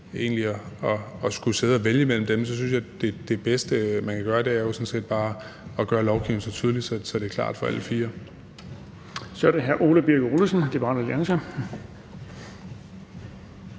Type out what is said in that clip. egentlig at skulle sidde og vælge mellem dem, synes jeg, at det bedste, man kan gøre, jo sådan set bare er at gøre lovgivningen så tydelig, at det er klart for alle fire. Kl. 12:48 Den fg. formand (Erling